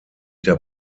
der